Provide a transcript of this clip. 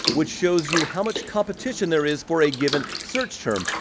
which shows you how much competition there is for a given search term.